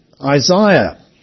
Isaiah